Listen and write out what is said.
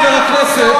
חבר הכנסת,